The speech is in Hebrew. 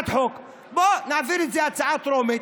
בואו נעביר את זה בטרומית.